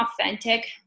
authentic